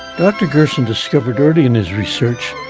dr. gerson discovered early in his research,